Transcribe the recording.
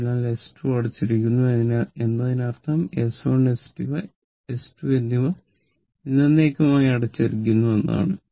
അതിനാൽ S2 അടച്ചിരിക്കുന്നു എന്നതിനർത്ഥം S1 S2 എന്നിവ എന്നെന്നേക്കുമായി അടച്ചിരിക്കുന്നു എന്നാണ്